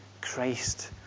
Christ